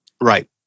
Right